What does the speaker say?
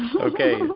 Okay